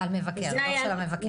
של המבקר.